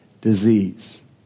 disease